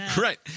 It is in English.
Right